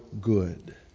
good